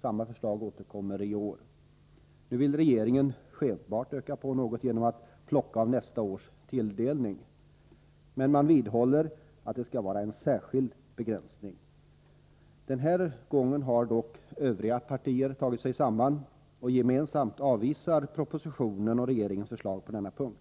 Samma förslag återkommer i år. Nu vill regeringen skenbart öka på något genom att plocka av nästa års tilldelning. Men man vidhåller att det skall vara en särskild begränsning. Den här gången har dock övriga partier i utskottet tagit sig samman och gemensamt avvisat propositionen och regeringens förslag på denna punkt.